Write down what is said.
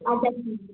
अध्यक्ष जी